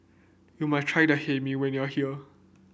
you must try the Hae Mee when you are here